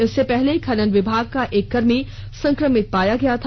इससे पहले खनन विभाग का एक कर्मी संक्रमित पाया गया था